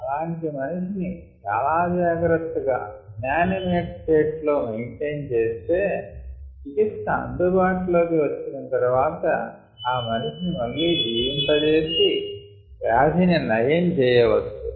అలాంటి మనిషిని చాలా జాగ్రత్తగా ఇనానిమేట్ స్టేట్ లో మెయింటైన్ చేస్తే చికిత్స అందుబాటులోకి వచ్చిన తర్వాత ఆ మనిషిని మళ్ళీ జీవింప చేసి వ్యాధిని నయం చేయచ్చు